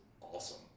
awesome